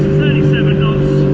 seven knots.